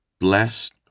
Blessed